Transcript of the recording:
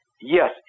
yes